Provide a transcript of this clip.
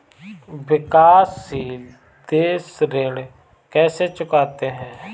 विकाशसील देश ऋण कैसे चुकाते हैं?